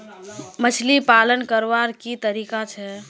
मछली पालन करवार की तरीका छे?